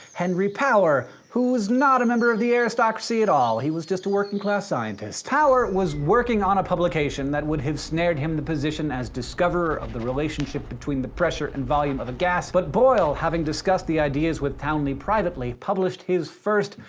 henry power, who's not a member of the aristocracy at all. he was just a working class scientist. power was working on a publication that would have snared him the position as discover of the relationship between the pressure and volume of a gas. but boyle, having discussed the ideas with towneley privately, published his first,